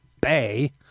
Bay